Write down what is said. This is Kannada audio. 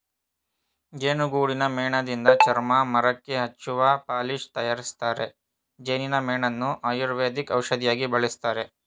ಜೇನುಗೂಡಿನ ಮೇಣದಿಂದ ಚರ್ಮ, ಮರಕ್ಕೆ ಹಚ್ಚುವ ಪಾಲಿಶ್ ತರಯಾರಿಸ್ತರೆ, ಜೇನಿನ ಮೇಣವನ್ನು ಆಯುರ್ವೇದಿಕ್ ಔಷಧಿಯಾಗಿ ಬಳಸ್ತರೆ